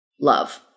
love